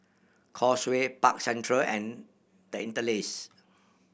Causeway Park Central and The Interlace